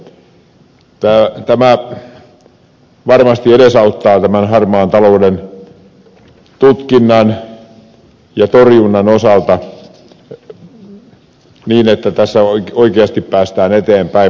tämä varmasti edesauttaa tämän harmaan talouden tutkintaa ja torjuntaa niin että tässä oikeasti päästään eteenpäin